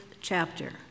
chapter